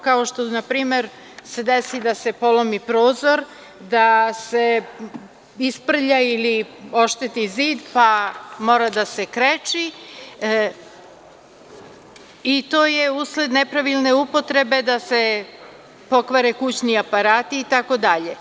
Kao što na primer se desi da se polomi prozor, da se isprlja ili ošteti zid, pa mora da se kreči i to je usled nepravilne upotrebe da se pokvare kućni aparati itd.